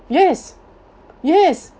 yes yes